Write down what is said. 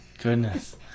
Goodness